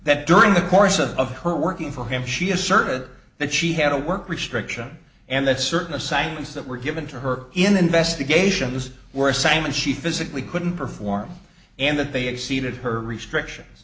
that during the course of her working for him she asserted that she had a work restriction and that certain assignments that were given to her in investigations were sam and she physically couldn't perform and that they exceeded her restrictions